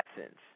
essence